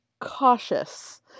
cautious